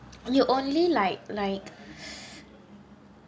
you only like like